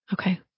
Okay